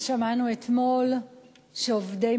שמענו אתמול שעובדי